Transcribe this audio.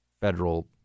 federal